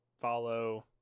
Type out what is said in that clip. follow